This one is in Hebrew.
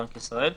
בנק ישראל.